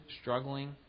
struggling